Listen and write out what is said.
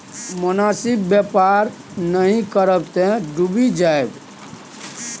मोनासिब बेपार नहि करब तँ डुबि जाएब